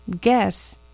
Guess